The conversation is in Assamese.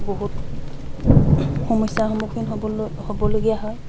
বহুত সমস্যাৰ সন্মুখীন হ'ব হ'বলগীয়া হয়